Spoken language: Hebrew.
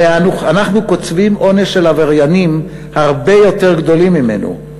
הרי אנחנו קוצבים עונש של עבריינים הרבה יותר גדולים ממנו,